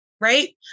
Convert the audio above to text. right